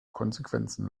konsequenzen